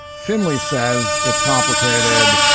findlay says it's complicated.